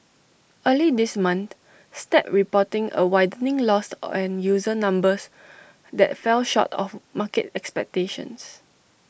early this month snap reporting A widening loss and user numbers that fell short of market expectations